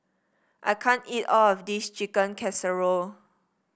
I can't eat all of this Chicken Casserole